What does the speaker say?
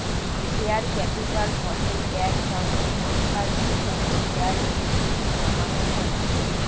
share capital হসে এক ধরণের সংস্থা যেইখানে শেয়ার এ পুঁজি জমানো হই